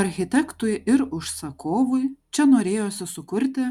architektui ir užsakovui čia norėjosi sukurti